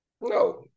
No